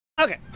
Okay